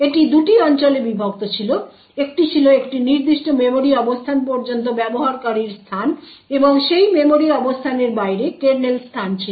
এটি দুটি অঞ্চলে বিভক্ত ছিল একটি ছিল একটি নির্দিষ্ট মেমরি অবস্থান পর্যন্ত ব্যবহারকারীর স্থান এবং সেই মেমরি অবস্থানের বাইরে কার্নেল স্থান ছিল